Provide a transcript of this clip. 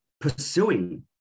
pursuing